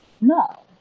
no